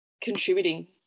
contributing